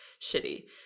shitty